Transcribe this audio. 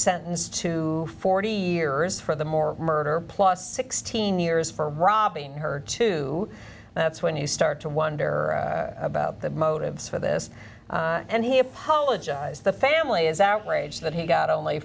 sentenced to forty years for the more murder plus sixteen years for robbing her to that's when you start to wonder about the motives for this and he apologized the family is outraged that he got only